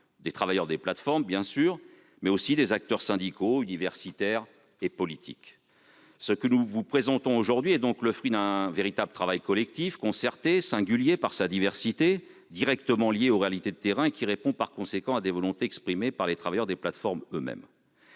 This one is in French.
des travailleurs des plateformes, mais aussi des acteurs syndicaux, universitaires et politiques. La proposition de loi que nous vous présentons aujourd'hui est donc le fruit d'un véritable travail collectif, concerté, singulier par sa diversité et directement lié aux réalités de terrain. Elle traduit par conséquent des volontés exprimées par les travailleurs des plateformes eux-mêmes.